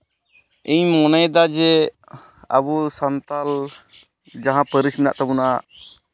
ᱤᱧ ᱢᱚᱱᱮᱭᱫᱟ ᱡᱮ ᱟᱵᱚ ᱥᱟᱱᱛᱟᱞ ᱡᱟᱦᱟᱸ ᱯᱟᱹᱨᱤᱥ ᱢᱮᱱᱟᱜ ᱛᱟᱵᱚᱱᱟ